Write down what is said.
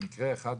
מקרה אחד בחולון,